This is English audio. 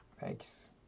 thanks